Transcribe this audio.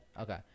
Okay